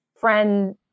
friend